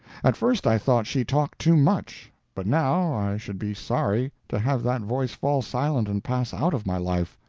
at first i thought she talked too much but now i should be sorry to have that voice fall silent and pass out of my life.